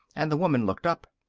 and the woman looked up.